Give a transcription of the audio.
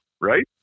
right